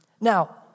Now